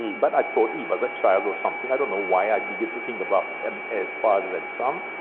but i thought he was a child or something. i don't know why i begin to think about them as father and son,